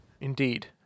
Indeed